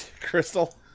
Crystal